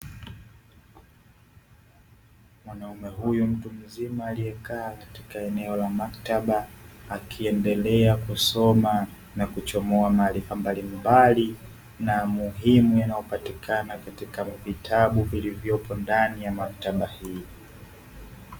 Mwanaume huyu mtu mzima aliyekaa katika eneo la maktaba, akiendelea kusoma na kuchomoa maarifa mbalimbali, na muhimu yanayopatikana katika vitabu vilivyopo ndani ya maktaba hii.